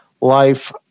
life